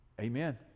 Amen